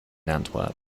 antwerp